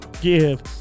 give